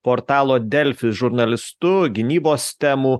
portalo delfi žurnalistu gynybos sistemų